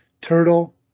Turtle